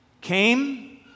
came